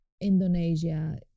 Indonesia